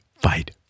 fight